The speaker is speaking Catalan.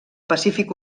pacífic